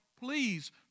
please